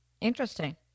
Interesting